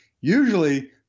usually